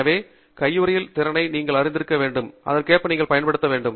எனவே கையுறையின் திறனை நீங்கள் அறிந்திருக்க வேண்டும் அதற்கேற்ப அதை பயன்படுத்த வேண்டும்